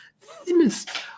thinnest